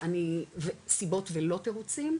וסיבות ולא תירוצים,